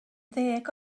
ddeg